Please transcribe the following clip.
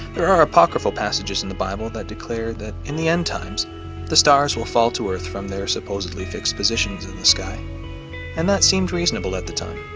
there are apocryphal passages in the bible that declared that in the end times the stars will fall to earth from there supposedly fixed positions in the sky and that seemed reasonable at the time